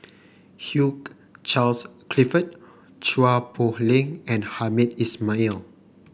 Hugh Charles Clifford Chua Poh Leng and Hamed Ismail